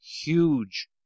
huge